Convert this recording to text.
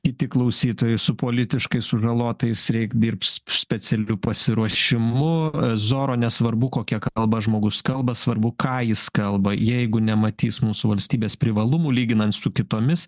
kiti klausytojai su politiškai sužalotais reik dirbs specialiu pasiruošimu zoro nesvarbu kokia kalba žmogus kalba svarbu ką jis kalba jeigu nematys mūsų valstybės privalumų lyginant su kitomis